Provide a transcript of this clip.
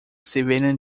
civilian